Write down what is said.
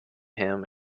him